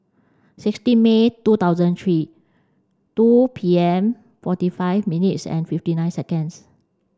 sixteen May twenty thousand three two P M forty five minutes and fifty nine seconds